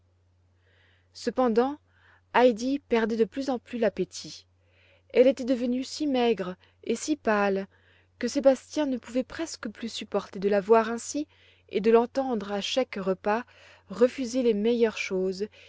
cependant heidi perdait de plus en plus l'appétit elle était devenue si maigre et si pâle que sébastien ne pouvait presque plus supporter de la voir ainsi et de l'entendre à chaque repas refuser les meilleures choses